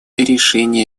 решение